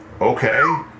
Okay